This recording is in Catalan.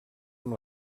amb